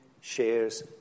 shares